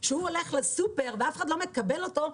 שהוא הולך לסופר ואף אחד לא מקבל אותו,